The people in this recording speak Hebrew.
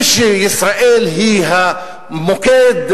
ושישראל היא המוקד,